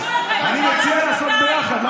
אני מציע לעשות ביחד.